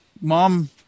mom